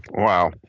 wow.